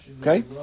Okay